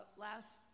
last